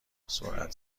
سرعت